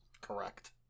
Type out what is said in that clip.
correct